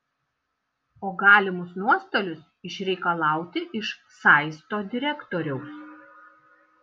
o galimus nuostolius išreikalauti iš saisto direktoriaus